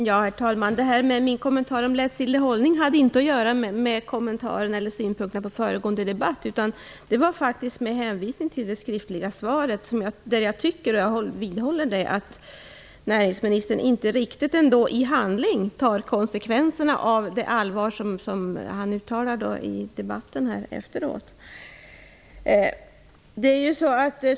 Herr talman! Min kommentar om lättsinnlig hållning hade inte att göra med synpunkterna på föregående debatt. Det var faktiskt med hänvisning till det skriftliga svaret. Jag tycker, och vidhåller det, att näringsministern inte riktigt i handling tar konsekvenserna av det allvar som han uttalar i debatten här efteråt.